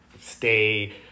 stay